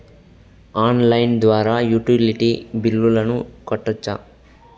Online ద్వారా utility బిల్లులను కట్టొచ్చా?